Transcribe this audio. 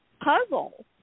puzzle